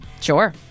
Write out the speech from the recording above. Sure